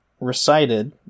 recited